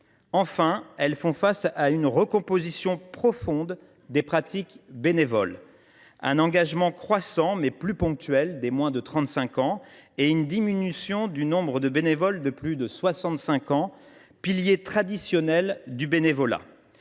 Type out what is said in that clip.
Enfin, elles font face à une recomposition profonde des pratiques bénévoles : on constate un engagement croissant, mais plus ponctuel, des moins de 35 ans et une diminution du nombre des bénévoles de plus de 65 ans, piliers traditionnels du bénévolat.